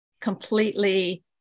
completely